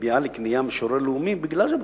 ביאליק נהיה משורר לאומי בגלל ז'בוטינסקי,